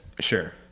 Sure